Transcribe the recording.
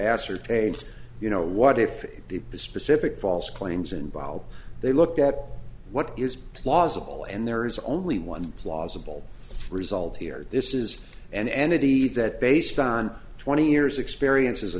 ascertain you know what if the specific false claims involved they look at what is plausible and there is only one plausible result here this is an entity that based on twenty years experience as a